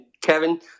Kevin